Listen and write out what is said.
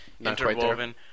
interwoven